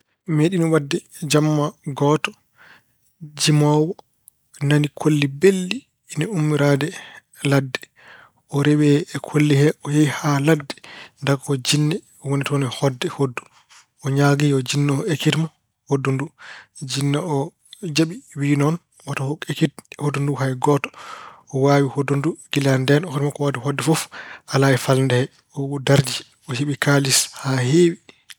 Meeɗiino waɗde jam gooto, jimoowo nani kolli belɗi ina ummoraade ladde. O rewi e kolli e, o yehi haa ladde. Ndako ko jinne woni toon e hoɗde hoɗdu. O ñaagii yo jinne oo ekkit mo hoɗdu nduu. Jinne o jaɓi wiy noon wota o ekkit hoɗdu nduu hay gooto. O waawi hoɗdu ndu. Kila ndeen hono makko waawde hoɗdu fof alaa e falnde he. O darji, o heɓi kaalis haa heewi